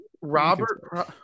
Robert